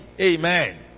Amen